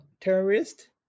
terrorist